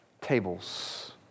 tables